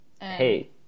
hey